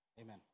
Amen